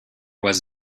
was